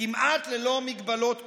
כמעט ללא מגבלות כלשהן.